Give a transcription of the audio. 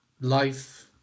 life